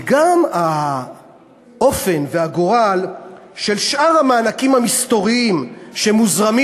וגם האופן והגורל של שאר המענקים המסתוריים שמוזרמים